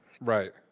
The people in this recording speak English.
Right